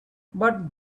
but